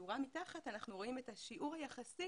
בשורה מתחת אנחנו רואים את השיעור היחסי